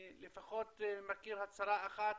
אני לפחות מכיר הצהרה אחת